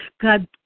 God